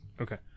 Okay